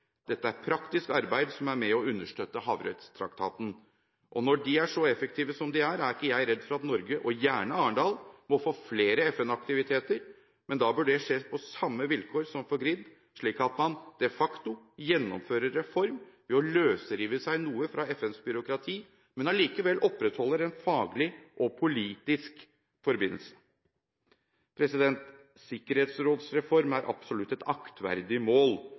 Dette er praktisk arbeid som er med og understøtter havrettstraktaten. Når de er så effektive som de er, er ikke jeg redd for at Norge – og gjerne Arendal – får flere FN-aktiviteter, men da bør det skje på samme vilkår som for GRID, slik at man de facto gjennomfører reform ved å løsrive seg noe fra FNs byråkrati, men allikevel opprettholder en faglig og politisk forbindelse. Sikkerhetsrådsreform er absolutt et aktverdig mål,